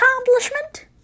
accomplishment